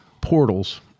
portals